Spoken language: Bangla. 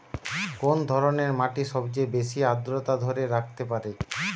কোন ধরনের মাটি সবচেয়ে বেশি আর্দ্রতা ধরে রাখতে পারে?